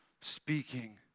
speaking